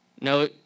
No